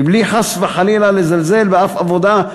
מבלי חס וחלילה לזלזל באף עבודה,